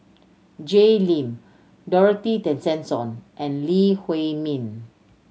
Jay Lim Dorothy Tessensohn and Lee Huei Min